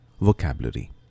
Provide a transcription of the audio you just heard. Vocabulary